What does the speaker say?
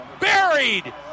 buried